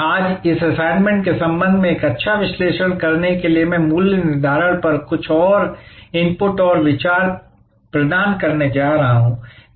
आज इस असाइनमेंट के संबंध में एक अच्छा विश्लेषण करने के लिए मैं मूल्य निर्धारण पर कुछ और इनपुट और विचार प्रदान करने जा रहा हूं